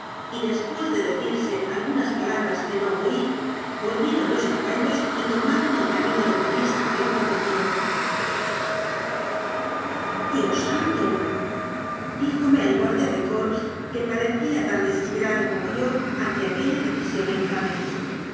y después de decirse algunas palabras que no oí volvieron los caba llos y tomaron el camino de parís a galope ten dido dios santo dijome el guardia de corps que parecía tan desesperado como yo ante aquella de serción infame